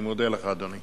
אני מודה לך, אדוני.